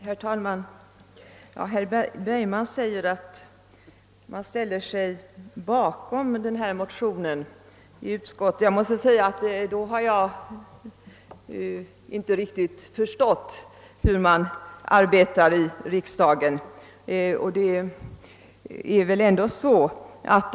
Herr talman! Herr Bergman säger att utskottet ställer sig bakom motionen. I så fall har jag inte riktigt förstått hur man arbetar i riksdagen.